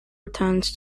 returns